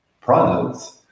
products